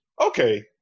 okay